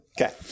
Okay